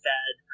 Fed